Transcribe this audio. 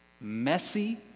messy